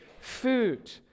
food